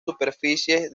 superficies